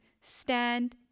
stand